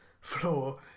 floor